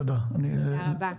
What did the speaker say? תודה.